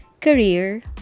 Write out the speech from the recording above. career